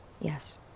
yes